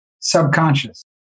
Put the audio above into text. Subconscious